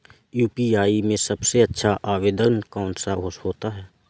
UPI में सबसे अच्छा आवेदन कौन सा होता है?